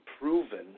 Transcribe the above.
proven